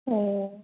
اَوا